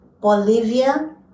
Bolivia